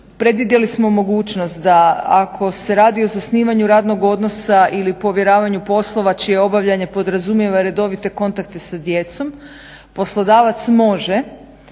predvidjeli smo mogućnost da ako se radi o zasnivanju radnog odnosa ili povjeravanju poslova čije obavljanje podrazumijeva redovite kontakte sa djecom poslodavac može,